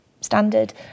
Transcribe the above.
standard